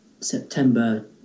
September